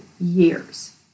years